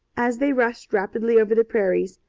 as they rushed rapidly over the prairies,